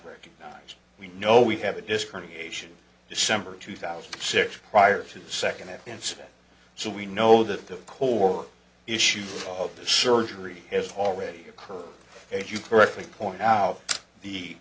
recognizes we know we have a discrimination december two thousand and six second incident so we know that the core issue of the surgery has already occurred as you correctly point out the